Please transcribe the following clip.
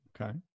Okay